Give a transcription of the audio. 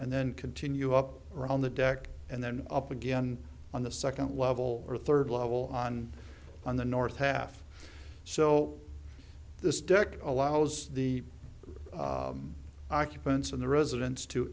and then continue up around the deck and then up again on the second level or third level on on the north half so this deck allows the occupants of the residence to